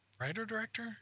writer-director